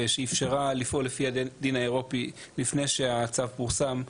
שאפשרה לפעול לפי הדין האירופי לפני שהצו פורסם,